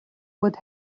would